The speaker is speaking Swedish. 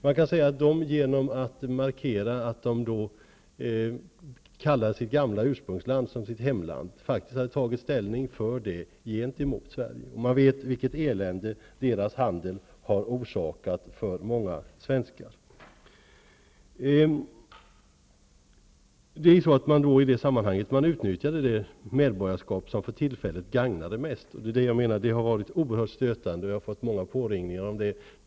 Man kan säga att de, genom att markera att de kallade sitt gamla ursprungsland för sitt hemland, faktiskt hade tagit ställning för det gentemot Sverige. Man vet också vilket elände deras handel har orsakat många svenskar. I detta sammanhang utnyttjade alltså dessa personer det medborgarskap som för tillfället gagnade dem mest. Det är detta som jag anser är oerhört stötande, och jag har fått många påringningar om det.